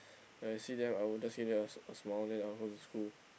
when I see them I will just give them a a smile then I'll go to school